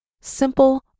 Simple